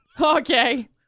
Okay